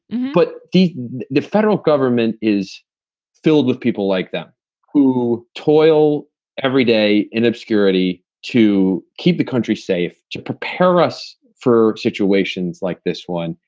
but the the federal government is filled with people like them who toil everyday in obscurity to keep the country safe. to prepare us for situations like this one.